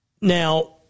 Now